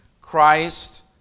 Christ